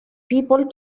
people